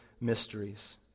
mysteries